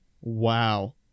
Wow